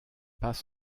pas